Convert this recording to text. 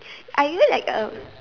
are you like a